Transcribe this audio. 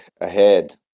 ahead